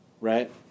Right